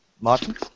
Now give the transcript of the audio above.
Martin